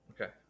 Okay